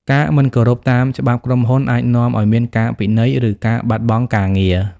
ការមិនគោរពតាមច្បាប់ក្រុមហ៊ុនអាចនាំឲ្យមានការពិន័យ ឬការបាត់បង់ការងារ។